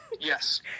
Yes